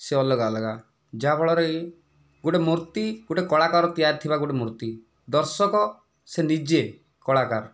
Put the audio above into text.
ସେ ଅଲଗା ଅଲଗା ଯାହା ଫଳରେକି ଗୋଟିଏ ମୂର୍ତ୍ତି ଗୋଟିଏ କଳାକାର ତିଆରି ଥିବା ଗୋଟିଏ ମୂର୍ତ୍ତି ଦର୍ଶକ ସେ ନିଜେ କଳାକାର